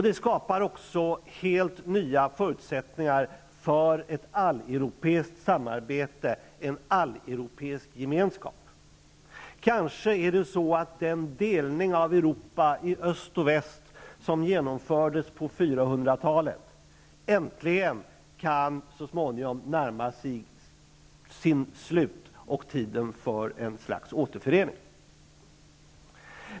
Det skapar också helt nya förutsättningar för ett alleuropeiskt samarbete, en alleuropeisk gemenskap. Kanske den delning av Europa i öst och väst som genomfördes på 400-talet äntligen kan närma sig sitt slut och tiden vara inne för ett slags återförening.